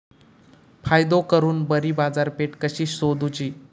फायदो करून बरी बाजारपेठ कशी सोदुची?